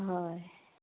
হয়